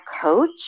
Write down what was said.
coach